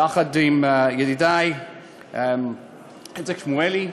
יחד עם ידידי איציק שמולי,